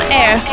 air